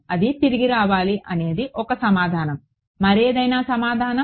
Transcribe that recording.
అది తిరిగి రావాలి అనేది ఒక సమాధానం మరేదైనా సమాధానం